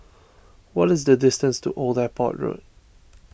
what is the distance to Old Airport Road